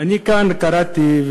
אני כאן קראתי,